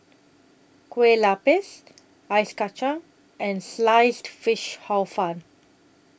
Kueh Lapis Ice Kacang and Sliced Fish Hor Fun